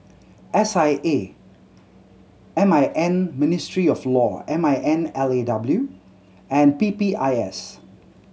S I A M I N Ministry of Law M I N L A W and P P I S